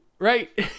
Right